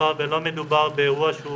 מאחר ולא מדובר באירוע שהוא